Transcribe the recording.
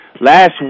Last